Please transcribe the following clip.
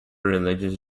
religious